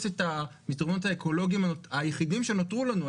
את המסדרונות האקולוגיים היחידים שנותרו לנו.